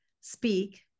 speak